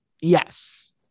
yes